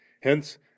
Hence